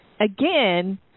again